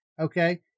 Okay